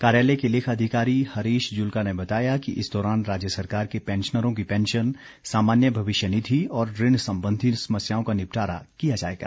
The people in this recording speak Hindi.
कार्यालय के लेखा अधिकारी हरीश जुल्का ने बताया कि इस दौरान राज्य सरकार के पैंशनरों की पैंशन सामान्य भविष्य निधि और ऋण संबंधी समस्याओं का निपटारा किया जाएगा